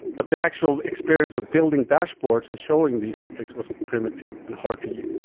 but the actual experience of building dashboards of showing these metrics was primitive and hard to use,